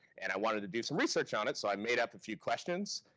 and i wanted to do some research on it, so i made up a few questions.